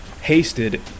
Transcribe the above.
Hasted